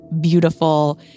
beautiful